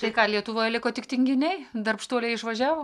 tai ką lietuvoje liko tik tinginiai darbštuoliai išvažiavo